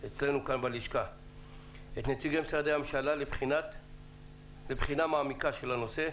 אצלנו בלשכה את נציגי משרדי הממשלה לבחינה מעמיקה של הנושא.